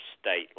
state